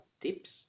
tips